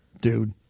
Dude